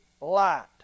light